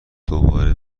دوباره